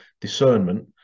discernment